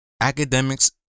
Academics